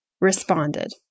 responded